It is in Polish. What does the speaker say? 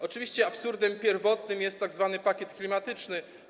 Oczywiście absurdem pierwotnym jest tzw. pakiet klimatyczny.